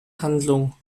handlung